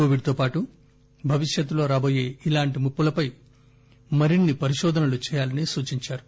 కొవిడ్తోపాటు భవిష్యత్తులో రాబోయే ఇలాంటి ముప్పులపై మరిన్ని పరిశోధనలు చేయాలని సూచించారు